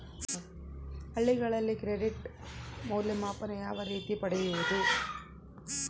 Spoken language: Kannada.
ಹಳ್ಳಿಗಳಲ್ಲಿ ಕ್ರೆಡಿಟ್ ಮೌಲ್ಯಮಾಪನ ಯಾವ ರೇತಿ ಪಡೆಯುವುದು?